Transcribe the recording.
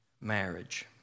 marriage